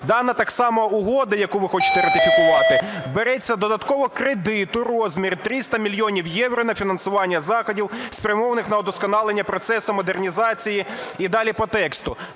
Дана так само угода, яку ви хочете ратифікувати, береться додатково кредит у розмірі 300 мільйонів євро на фінансування заходів, спрямованих на удосконалення процесу модернізації, і далі по тексту.